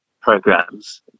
programs